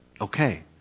okay